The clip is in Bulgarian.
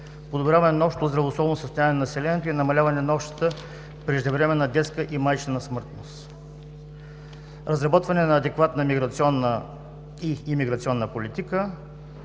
подобряване на общото здравословно състояние на населението и намаляване на общата преждевременна детска и майчина смъртност; разработване на адекватна миграционна и имиграционна политика;